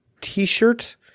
t-shirt